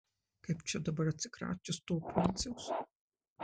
kaip čia dabar atsikračius to pundziaus